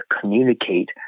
communicate